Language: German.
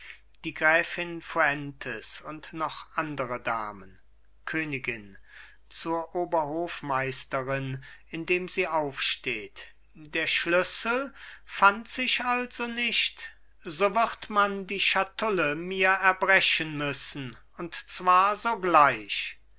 die gräfin fuentes und noch andere damen königin zur oberhofmeisterin indem sie aufsteht der schlüssel fand sich also nicht so wird man die schatulle mir erbrechen müssen und zwar sogleich